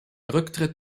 rücktritt